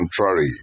Contrary